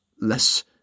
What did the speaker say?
less